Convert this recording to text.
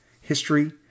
history